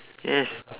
yes